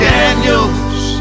Daniels